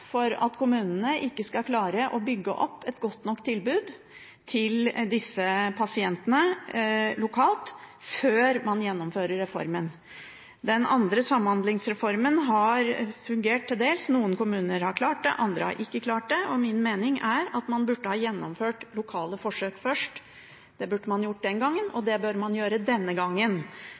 for at kommunene ikke skal klare å bygge opp et godt nok tilbud til disse pasientene lokalt, før man gjennomfører reformen. Den andre samhandlingsreformen har fungert til dels. Noen kommuner har klart det – andre har ikke klart det. Min mening er at man burde ha gjennomført lokale forsøk først. Det burde man ha gjort den gangen, og det bør man gjøre denne gangen.